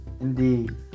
indeed